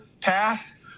passed